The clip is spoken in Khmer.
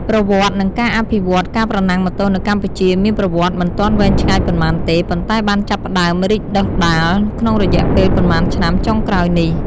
ប្រវត្តិ និងការអភិវឌ្ឍន៍ ការប្រណាំងម៉ូតូនៅកម្ពុជាមានប្រវត្តិមិនទាន់វែងឆ្ងាយប៉ុន្មានទេ ប៉ុន្តែបានចាប់ផ្តើមរីកដុះដាលក្នុងរយៈពេលប៉ុន្មានឆ្នាំចុងក្រោយនេះ។